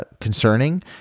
concerning